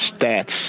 stats